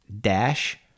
dash